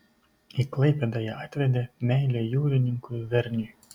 į klaipėdą ją atvedė meilė jūrininkui verniui